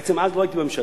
בעצם אז לא הייתי בממשלה,